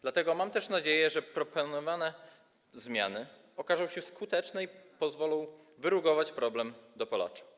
Dlatego mam nadzieję, że proponowane zmiany okażą się skuteczne i pozwolą wyrugować problem dopalaczy.